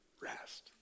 rest